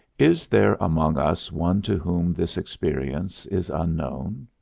is there among us one to whom this experience is unknown?